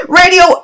radio